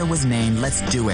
הדבר השני שאנחנו מאוד מאמינים בו,